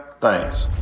Thanks